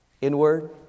inward